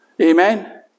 Amen